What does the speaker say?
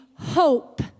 hope